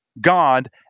God